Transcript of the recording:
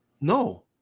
No